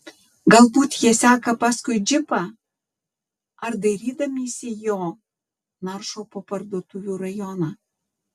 galbūt jie seka paskui džipą ar dairydamiesi jo naršo po parduotuvių rajoną